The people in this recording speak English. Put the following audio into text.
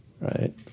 right